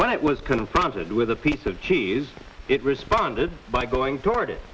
when it was confronted with a piece of cheese it responded by going toward it